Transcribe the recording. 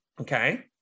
Okay